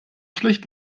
schlecht